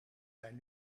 zijn